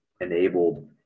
enabled